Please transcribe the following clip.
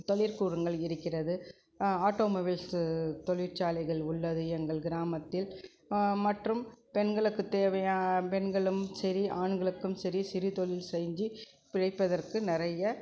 தொழிற்கூடங்கள் இருக்கிறது automobiles தொழிற்சாலைகள் உள்ளது எங்கள் கிராமத்தில் மற்றும் பெண்களுக்கு தேவையான பெண்களும் சரி ஆண்களுக்கும் சரி சிறு தொழில் செஞ்சு பிழைப்பதற்கு நிறைய